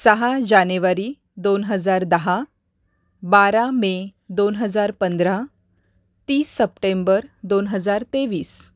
सहा जानेवारी दोन हजार दहा बारा मे दोन हजार पंधरा तीस सप्टेंबर दोन हजार तेवीस